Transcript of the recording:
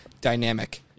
dynamic